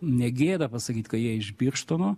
negėda pasakyt ka jie iš birštono